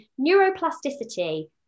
neuroplasticity